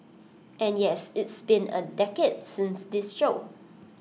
and yes it's been A decade since this show